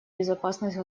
безопасность